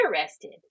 interested